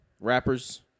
rappers